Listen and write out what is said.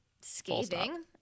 scathing